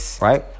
Right